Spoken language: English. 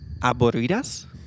aburridas